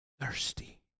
Thirsty